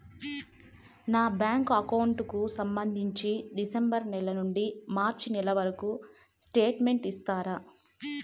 నా bank account కు సంబంధించి డిసెంబరు నెల నుండి మార్చి నెలవరకు స్టేట్మెంట్ ఇస్తారా?